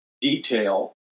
detail